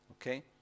Okay